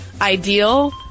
ideal